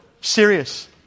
serious